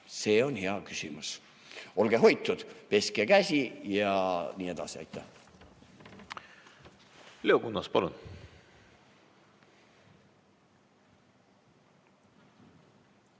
See on hea küsimus. Olge hoitud, peske käsi ja nii edasi! Aitäh! Leo Kunnas, palun!